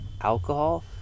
alcohol